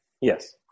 Yes